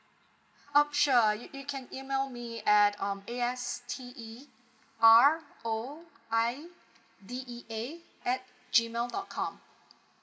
um sure you can email me at um A S T E R O I D E A at G mail dot com